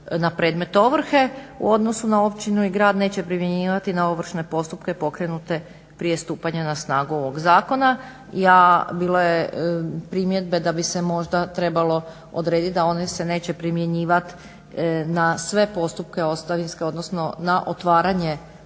na predmet ovrhe u odnosu na općinu i grad neće primjenjivati na ovršne postupke pokrenute prije stupanja na snagu ovog zakona. Bilo je primjedbe da bi se možda trebalo odrediti da one se neće primjenjivati na sve postupke ostavinske, odnosno na otvaranje